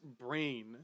brain